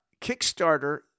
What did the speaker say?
Kickstarter